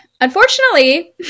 Unfortunately